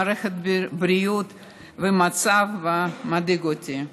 מערכת הבריאות היא במצב שמדאיג אותי.